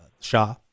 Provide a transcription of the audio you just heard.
Shah